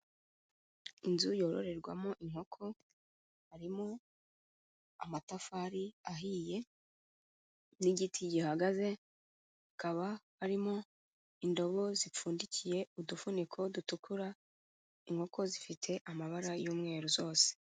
Inzu yororerwamo inkoko harimo amatafari ahiye n'igiti gihagaze, hakaba harimo indobo zipfundikiye, udufuniko dutukura, inkoko zifite amabara y'umweru zose.